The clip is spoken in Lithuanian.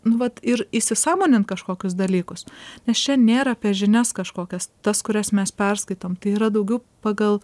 nu vat ir įsisąmonint kažkokius dalykus nes čia nėr apie žinias kažkokias tas kurias mes perskaitom tai yra daugiau pagal